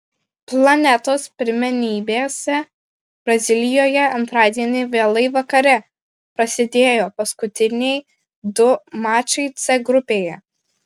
planetos pirmenybėse brazilijoje antradienį vėlai vakare prasidėjo paskutiniai du mačai c grupėje